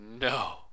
no